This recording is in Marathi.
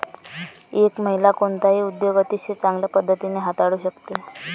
एक महिला कोणताही उद्योग अतिशय चांगल्या पद्धतीने हाताळू शकते